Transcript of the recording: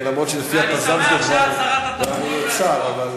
ואני שמח שאת שרת התרבות והספורט,